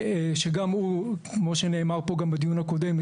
שגם הוא כמו שנאמר פה גם בדיון הקודם,